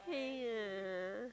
yeah